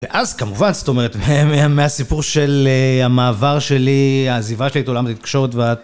ואז כמובן, זאת אומרת, מהסיפור של המעבר שלי, העזיבה שלי את עולם התקשורת וה...